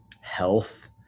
health